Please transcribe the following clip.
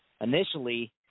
initially